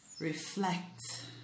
reflect